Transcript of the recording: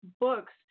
books